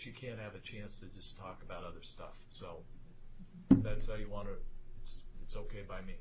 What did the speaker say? you can't have a chance to just talk about other stuff so that's all you want to it's ok by me